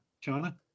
China